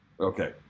Okay